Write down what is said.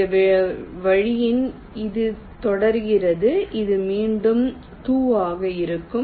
இந்த வழியில் இது தொடர்கிறது இது மீண்டும் 2 ஆக இருக்கும்